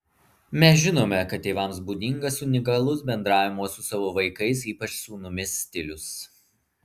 mes žinome kad tėvams būdingas unikalus bendravimo su savo vaikais ypač sūnumis stilius